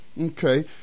Okay